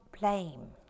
blame